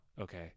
Okay